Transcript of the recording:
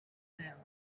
down